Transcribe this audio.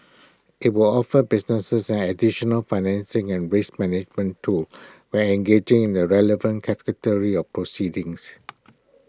IT will offer businesses an additional financing and risk management tool when engaging in the relevant of proceedings